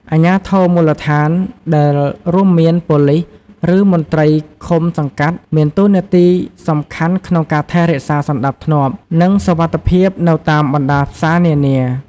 អាជ្ញាធរមូលដ្ឋាន ដែលរួមមាន ប៉ូលិស ឬ មន្ត្រីឃុំសង្កាត់មានតួនាទីសំខាន់ក្នុងការថែរក្សាសណ្ដាប់ធ្នាប់ និងសុវត្ថិភាពនៅតាមបណ្ដាផ្សារនានា។